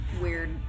weird